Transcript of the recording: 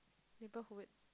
neighborhood